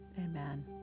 amen